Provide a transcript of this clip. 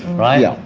right? yeah